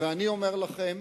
ואני אומר לכם,